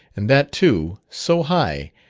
and that too, so high,